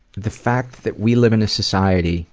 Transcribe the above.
the fact that we live in a society